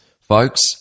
Folks